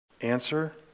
Answer